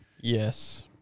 Yes